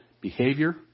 behavior